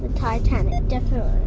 titanic, definitely.